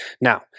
Now